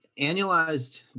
annualized